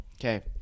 Okay